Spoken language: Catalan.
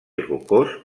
rocós